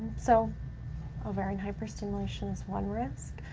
so ovarian hyperstimulation is one risk.